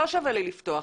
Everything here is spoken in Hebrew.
לא שווה לי לפתוח.